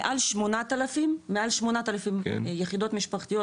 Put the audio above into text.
מעל 8,000 יחידות משפחתיות,